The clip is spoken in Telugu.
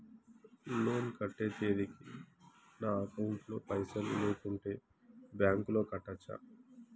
లోన్ కట్టే తేదీకి నా అకౌంట్ లో పైసలు లేకుంటే బ్యాంకులో కట్టచ్చా?